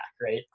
Right